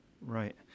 Right